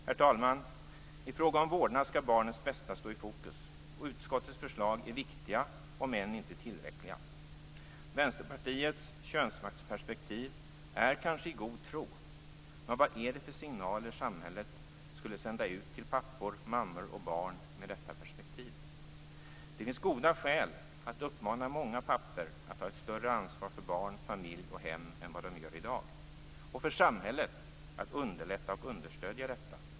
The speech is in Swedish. Herr talman! I fråga om vårdnad skall barnets bästa stå i fokus. Utskottets förslag är viktiga om än inte tillräckliga. Vänsterpartiets könsmaktsperspektiv är kanske i god tro. Men vad är det för signaler som samhället skulle sända ut till pappor, mammor och barn med detta perspektiv? Det finns goda skäl att uppmana många pappor att ta ett större ansvar för barn, familj och hem än vad de gör i dag och för samhället att underlätta och understödja detta.